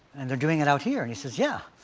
and they're doing it out here? and he said, yeah.